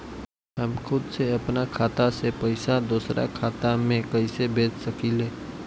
हम खुद से अपना खाता से पइसा दूसरा खाता में कइसे भेज सकी ले?